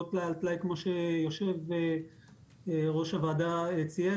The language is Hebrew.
בעוד טלאי על טלאי כמו שיושב-ראש הוועדה ציין,